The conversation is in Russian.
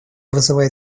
вызывает